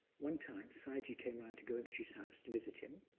one time, sayagyi came around to goenkaji's house to visit him.